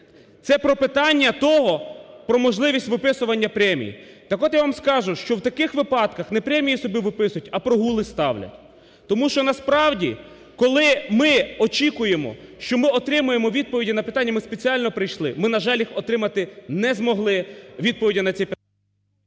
Це про питання того, про можливість виписування премій. Так от я вам скажу, що в таких випадках не премії собі виписують, а прогули ставлять. Тому що, насправді, коли ми очікуємо, що ми отримаємо відповіді на питання, ми спеціально прийшли, ми, на жаль, їх отримати не змогли